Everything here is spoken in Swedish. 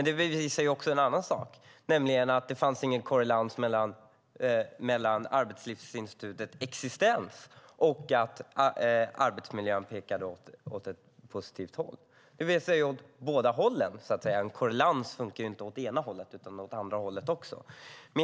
Det bevisar också en annan sak, nämligen att det inte finns någon korrelation mellan Arbetslivsinstitutets existens och att arbetsmiljön pekar i en positiv riktning. En korrelation funkar ju inte bara åt ena hållet utan åt andra hållet också.